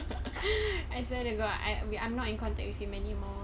I swear to god I we I'm not in contact with him anymore